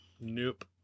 Nope